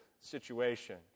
situation